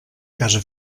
casa